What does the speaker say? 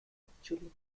actually